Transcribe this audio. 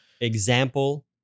example